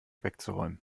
wegzuräumen